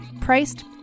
priced